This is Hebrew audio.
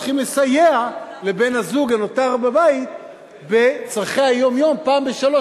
צריכים לסייע לבן-הזוג הנותר בבית בצורכי היום-יום פעם בשלוש